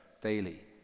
daily